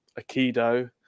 aikido